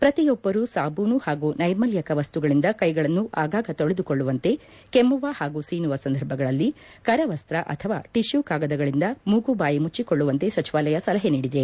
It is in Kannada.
ಪ್ರತಿಯೊಬ್ಬರು ಸಾಬೂನು ಹಾಗೂ ನೈರ್ಮಲ್ಯಕ ವಸ್ತುಗಳಿಂದ ಕೈಗಳನ್ನು ಅಗಾಗ ತೊಳೆದುಕೊಳ್ಳುವಂತೆ ಕೆಮ್ಮುವ ಹಾಗೂ ಸೀನುವ ಸಂದರ್ಭದಲ್ಲಿ ಕರವಸ್ಸ ಅಥವಾ ಟಿಶ್ನು ಕಾಗದಗಳಿಂದ ಮೂಗು ಬಾಯಿ ಮುಚ್ಚಿಕೊಳ್ಳುವಂತೆ ಸಚಿವಾಲಯ ಸಲಹೆ ನೀಡಿದೆ